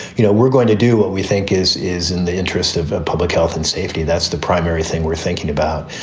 you know, we're going to do what we think is is in the interest of ah public health and safety. that's the primary thing we're thinking about.